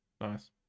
Nice